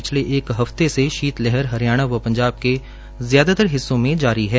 पिछले एक हफ्ते से शीत लहर हरियाणा व पंजाब के ज्यादातर हिस्सों में जारी है